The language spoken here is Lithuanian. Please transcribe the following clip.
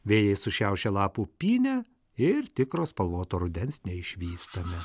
vėjai sušiaušia lapų pynę ir tikro spalvoto rudens neišvystame